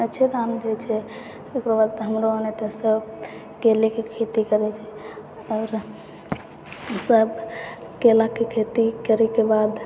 अच्छे दाम दै छै ओकरऽ बाद हमरो एन्ने तऽ सब केलेके खेती करै छै आओर सब केलाके खेती करैके बाद